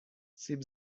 سیب